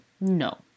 No